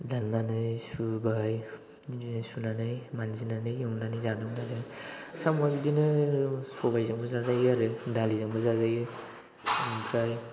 दाननानै सुबाय बिदिनो सुनानै मानजिनानै एवनानै जादोंमोन आरो साम'आ बिदिनो सबायजोंबो जाजायो आरो दालिजोंबो जाजायो ओमफ्राय